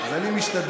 אז אני משתדל.